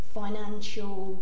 financial